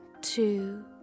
two